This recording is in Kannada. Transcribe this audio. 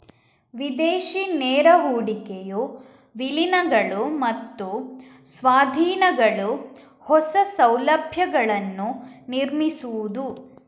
ವಿದೇಶಿ ನೇರ ಹೂಡಿಕೆಯು ವಿಲೀನಗಳು ಮತ್ತು ಸ್ವಾಧೀನಗಳು, ಹೊಸ ಸೌಲಭ್ಯಗಳನ್ನು ನಿರ್ಮಿಸುವುದು